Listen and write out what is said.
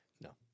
No